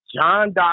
John